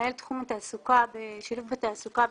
למנהל תחום התעסוקה, שילוב בתעסוקה בנציבות,